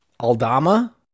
Aldama